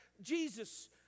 Jesus